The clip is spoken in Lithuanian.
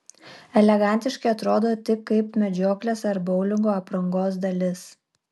elegantiškai atrodo tik kaip medžioklės ar boulingo aprangos dalis